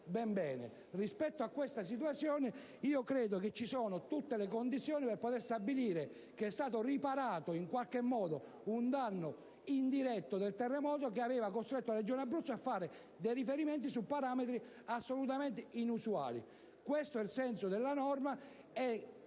bene. Rispetto a questa situazione, credo ci siano tutte le condizioni per affermare che è stato riparato in qualche modo un danno indiretto del terremoto, che aveva costretto la Regione Abruzzo a fare riferimento a parametri assolutamente inusuali. Ripeto, è questo il significato della norma,